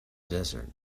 desert